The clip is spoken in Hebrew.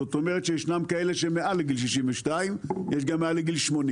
זאת אומרת שישנם כאלה שהם מעל גיל 62 ויש גם מעל גיל 80,